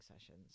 sessions